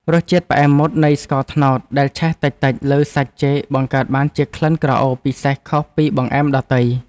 រសជាតិផ្អែមមុតនៃស្ករត្នោតដែលឆេះតិចៗលើសាច់ចេកបង្កើតបានជាក្លិនក្រអូបពិសេសខុសពីបង្អែមដទៃ។